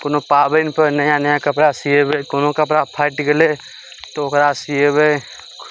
कोनो पाबनि पर नया नया कपड़ा सियेबै कोनो कपड़ा फाटि गेलै तऽ ओकरा सियेबै